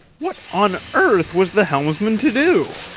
what on earth was the helmsman to do?